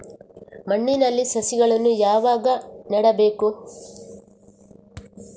ಮಣ್ಣಿನಲ್ಲಿ ಸಸಿಗಳನ್ನು ಯಾವಾಗ ನೆಡಬೇಕು?